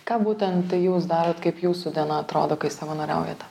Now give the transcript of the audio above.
ką būtent jūs darot kaip jūsų diena atrodo kai savanoriaujate